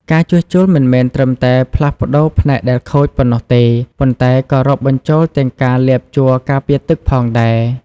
ការជួសជុលមិនមែនត្រឹមតែផ្លាស់ប្ដូរផ្នែកដែលខូចប៉ុណ្ណោះទេ ប៉ុន្តែក៏រាប់បញ្ចូលទាំងការលាបជ័រការពារទឹកផងដែរ។